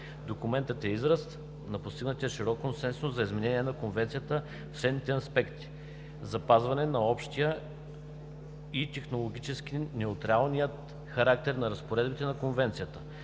Документът е израз на постигнатия широк консенсус за изменение на Конвенцията в следните аспекти: запазване на общия и технологически неутралния характер на разпоредбите на Конвенцията;